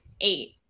eight